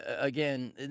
Again